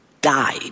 died